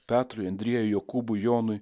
petrui andriejui jokūbui jonui